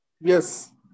Yes